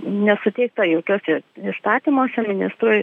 nesuteikta jokiuose įstatymuose ministrui